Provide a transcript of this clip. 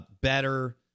better